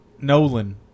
nolan